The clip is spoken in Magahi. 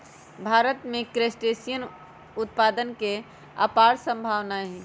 भारत में क्रस्टेशियन उत्पादन के अपार सम्भावनाएँ हई